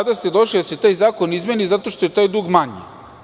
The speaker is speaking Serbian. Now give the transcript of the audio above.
Sada ste došli da se taj zakon izmeni zato što je taj dug manji.